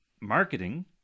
marketing